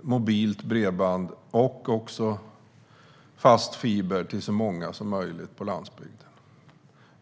mobilt bredband och också fast fiber till så många som möjligt på landsbygden.